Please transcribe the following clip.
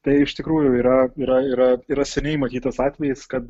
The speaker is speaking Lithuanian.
tai iš tikrųjų yra yra yra yra seniai matytas atvejis kad